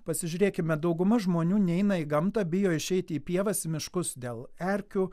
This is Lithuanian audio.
pasižiūrėkime dauguma žmonių neina į gamtą bijo išeiti į pievas miškus dėl erkių